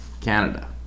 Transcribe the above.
Canada